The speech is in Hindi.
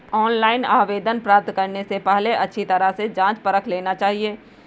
ऑनलाइन आवेदन प्राप्त करने से पहले अच्छी तरह से जांच परख लेना चाहिए